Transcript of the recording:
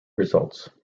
results